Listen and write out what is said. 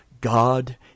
God